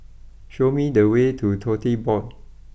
show me the way to Tote Board